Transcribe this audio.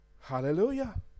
Hallelujah